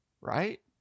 right